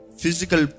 physical